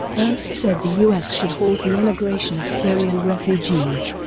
ernst said the us should halt the immigration of syrian refugees,